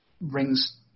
brings